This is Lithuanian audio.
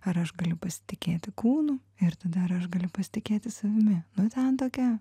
ar aš galiu pasitikėti kūnu ir tada ar aš galiu pasitikėti savimi nu ten tokia